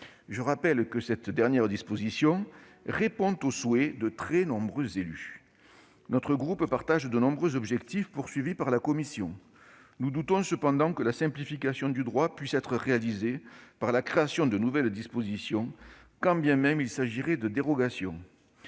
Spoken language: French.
Je rappelle que cette dernière disposition répond au souhait de très nombreux élus. Notre groupe partage de nombreux objectifs de la commission. Nous doutons cependant que la simplification du droit puisse être réalisée par la création de nouvelles dispositions, quand bien même il s'agirait de dérogations.